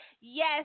Yes